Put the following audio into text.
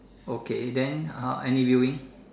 okay then uh any viewing